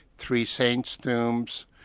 three saints' tombs,